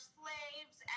slaves